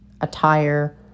attire